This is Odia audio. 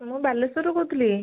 ମୁଁ ବାଲେଶ୍ଵରରୁ କହୁଥିଲି